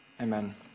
Amen